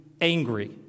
angry